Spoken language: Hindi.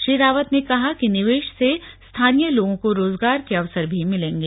श्री रावत ने कहा कि निवेश से स्थानीय लोगों को रोजगार के अवसर भी मिलेंगे